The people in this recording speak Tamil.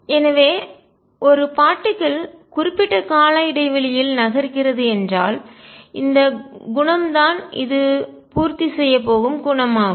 எனவே ஒரு பார்ட்டிக்கல் துகள் குறிப்பிட்ட கால இடைவெளியில் நகர்கிறது என்றால் இந்த குணம் தான் இது பூர்த்தி திருப்திபடுத்து செய்யப் போகும் குணம் ஆகும்